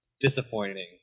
disappointing